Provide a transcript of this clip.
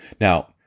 Now